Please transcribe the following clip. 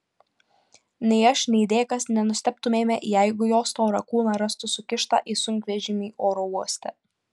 nei aš nei dėkas nenustebtumėme jeigu jo storą kūną rastų sukištą į sunkvežimį oro uoste